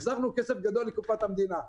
החזרנו כסף גדול לקופת המדינה.